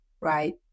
right